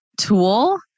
tool